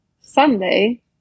Sunday